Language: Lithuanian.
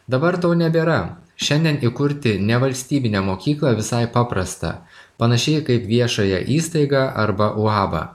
dabar to nebėra šiandien įkurti nevalstybinę mokyklą visai paprasta panašiai kaip viešąją įstaigą arba uabą